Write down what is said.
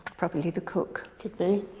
probably the cook. could be.